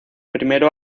primero